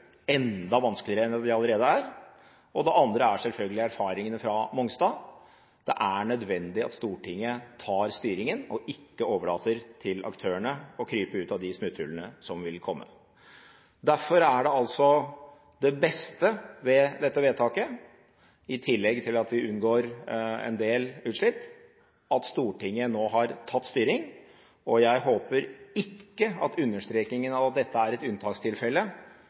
enda vanskeligere enn de allerede er. Det andre er selvfølgelig erfaringene fra Mongstad. Det er nødvendig at Stortinget tar styringen og ikke overlater til aktørene å krype ut av de smutthullene som vil komme. Derfor er det beste ved dette vedtaket, i tillegg til at vi unngår en del utslipp, at Stortinget nå har tatt styring. Jeg håper ikke at understrekingen av at dette er et unntakstilfelle,